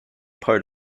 part